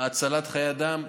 והצלת חיי אדם.